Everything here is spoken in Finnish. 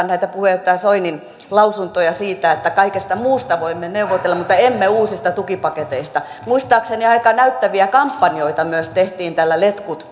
näitä puheenjohtaja soinin lausuntoja siitä että kaikesta muusta voimme neuvotella mutta emme uusista tukipaketeista muistaakseni aika näyttäviä kampanjoita myös tehtiin tällä letkut